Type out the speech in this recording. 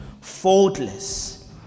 faultless